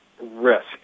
risk